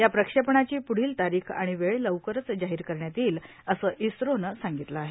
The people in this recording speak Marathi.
या प्रक्षेपणाची प्ढली तारीख आणि वेळ लवकरच जाहीर करण्यात येईलए असं इस्रोनं सांगितलं आहे